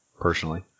personally